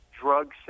drug